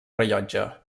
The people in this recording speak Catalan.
rellotge